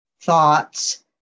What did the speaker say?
thoughts